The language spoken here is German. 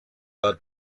war